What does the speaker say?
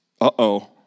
Uh-oh